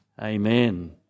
Amen